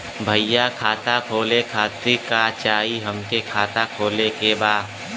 भईया खाता खोले खातिर का चाही हमके खाता खोले के बा?